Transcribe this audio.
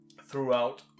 throughout